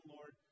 Lord